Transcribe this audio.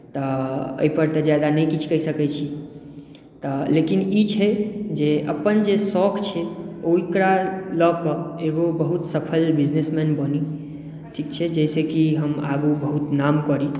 तऽ एहिपर ज्यादा नहि किछु कहि सकैत छी तऽ लेकिन ई छै जे अपन जे सौख छै ओकरा लए कऽ एगो बहुत सफल बिजनेसमैन बनी ठीक छै जाहिसँ कि हम आगू बहुत अपन नाम करी